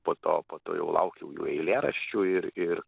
po to po to jau laukiau jų eilėraščių ir ir